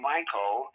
Michael